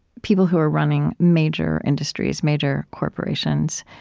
people who are running major industries, major corporations,